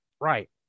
Right